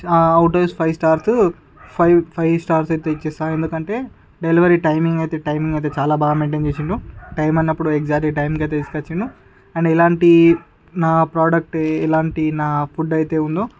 out days five stars five stars అయితే ఇచ్చేసాను ఎందుకంటే డెలివరీ టైమింగ్ అయితే టైమింగ్ అయితే బాగా మెయింటెన్ చేసిండు టైమ్ అన్నప్పుడు ఎగ్జాక్ట్ టైమ్ కి అయితే తీసుకొచ్చిండు అండ్ ఎలాంటి నా ప్రోడక్ట్ ఎలాంటి నా ఫుడ్ అయితే ఉందో